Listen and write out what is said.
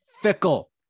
fickle